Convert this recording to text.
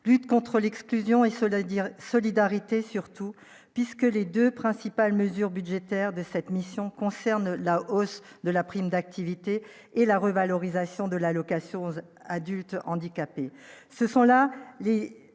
lutte contre l'exclusion et cela veut dire solidarité surtout, puisque les 2 principales mesures budgétaires de cette mission concerne la hausse de la prime d'activité et la revalorisation de l'allocation 11 adultes handicapés, ce sont là vie